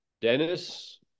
Dennis